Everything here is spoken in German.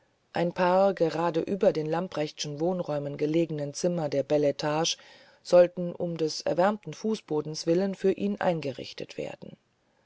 ein paar gerade über den lamprechtschen wohnräumen gelegene zimmer der bel etage sollten um des erwärmten fußbodens willen für ihn eingerichtet werden